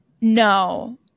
no